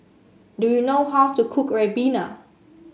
do you know how to cook ribena